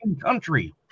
country